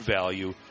value